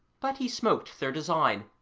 but he smoked their design,